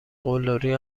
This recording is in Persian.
قلدری